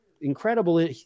incredible